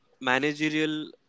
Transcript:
managerial